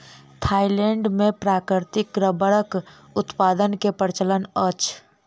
Thailand मे प्राकृतिक रबड़क उत्पादन के प्रचलन अछि